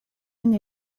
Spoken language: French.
une